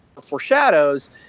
foreshadows